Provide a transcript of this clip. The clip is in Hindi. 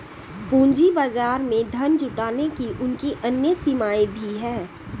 पूंजी बाजार में धन जुटाने की उनकी अन्य सीमाएँ भी हैं